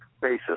basis